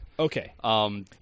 Okay